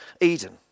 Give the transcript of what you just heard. Eden